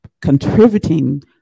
contributing